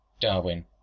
Darwin